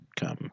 come